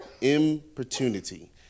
Importunity